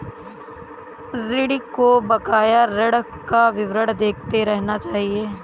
ऋणी को बकाया ऋण का विवरण देखते रहना चहिये